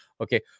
Okay